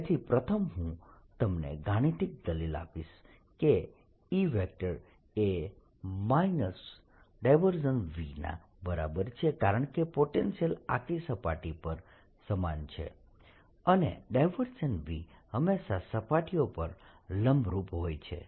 તેથી પ્રથમ હું તમને ગાણિતિક દલીલ આપીશ કે E એ V ના બરાબર છે કારણ કે પોટેન્શિયલ આખી સપાટી પર સમાન છે અને V હંમેશાં સપાટીઓ પર લંબરૂપ હોય છે